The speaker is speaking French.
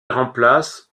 remplace